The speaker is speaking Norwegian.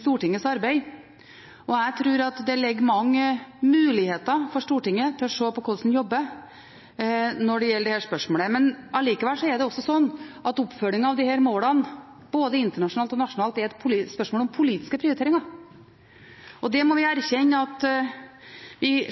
Stortingets arbeid. Jeg tror at det ligger mange muligheter for Stortinget til å se på hvordan vi jobber når det gjelder dette spørsmålet. Allikevel er det også slik at oppfølgingen av disse målene, både internasjonalt og nasjonalt, er et spørsmål om politiske prioriteringer. Vi må erkjenne at